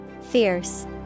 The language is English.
Fierce